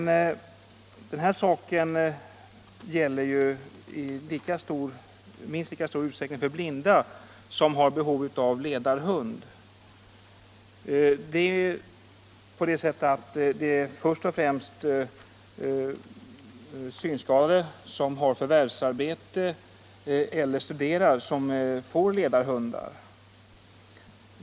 Men det resonemanget gäller i minst lika stor utsträckning för blinda som har behov av ledarhund. Det är först och främst synskadade som har förvärvsarbete eller studerar som får ledarhund.